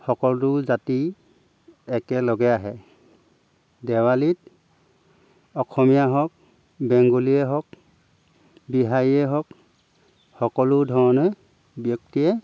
সকলো জাতি একেলগে আহে দেৱালীত অসমীয়া হওক বেংগলীয়ে হওক বিহাৰীয়ে হওক সকলো ধৰণে ব্যক্তিয়ে